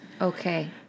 Okay